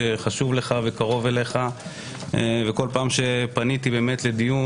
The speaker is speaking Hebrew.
חשוב לך וקרוב אליך וכל פעם שפניתי לדיון,